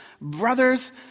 brothers